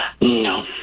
No